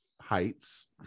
Heights